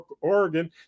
Oregon